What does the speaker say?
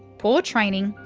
poor training,